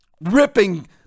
ripping